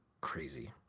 crazy